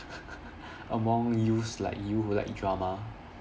among youths like you who like drama